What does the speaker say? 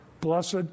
Blessed